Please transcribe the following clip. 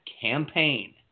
campaign